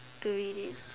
to read it